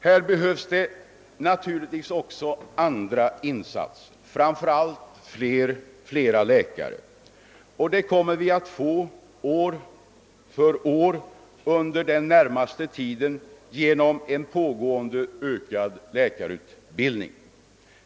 Här behövs det naturligtvis också andra insatser — framför allt flera läkare. Och det kommer vi att få år för år under den närmaste tiden genom en pågående ökad läkarutbildning.